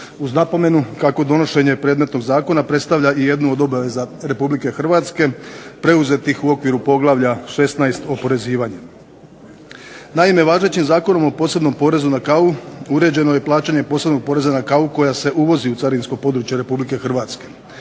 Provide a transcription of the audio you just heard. uz napomenu kako donošenje predmetnog zakona predstavlja i jednu od obaveza RH preuzetih u okviru poglavlja 16 – Oporezivanje. Naime, važećim Zakonom o posebnom porezu na kavu uređeno je plaćanje posebnog poreza na kavu koja se uvozi u carinsko područje RH, odnosno